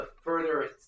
further